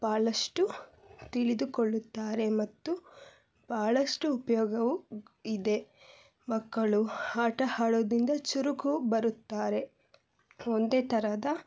ಬಹಳಷ್ಟು ತಿಳಿದುಕೊಳ್ಳುತ್ತಾರೆ ಮತ್ತು ಬಹಳಷ್ಟು ಉಪಯೋಗವೂ ಇದೆ ಮಕ್ಕಳು ಆಟ ಆಡೋದ್ರಿಂದ ಚುರುಕು ಬರುತ್ತಾರೆ ಒಂದೇ ಥರದ